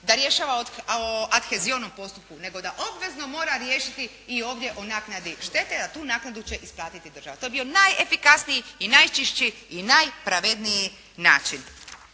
da rješava o athezionom postupku, nego da obvezno mora riješiti i ovdje o naknadi štete a tu naknadu će isplatiti država. To je bio najefikasniji i najčišći i najpravedniji način.